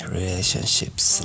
relationships